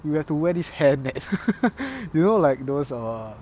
you have to wear this hair net you know like those err